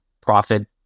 profit